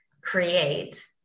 create